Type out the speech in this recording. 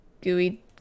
gooey